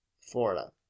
Florida